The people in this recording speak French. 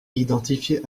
identifié